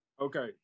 Okay